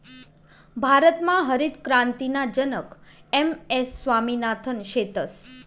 भारतमा हरितक्रांतीना जनक एम.एस स्वामिनाथन शेतस